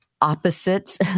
opposites